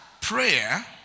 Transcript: Prayer